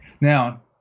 Now